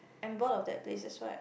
I'm bored of that place that's why